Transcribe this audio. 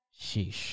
Sheesh